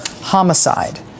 homicide